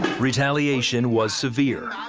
retaliation was severe.